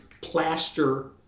plaster